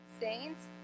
Saints